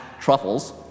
truffles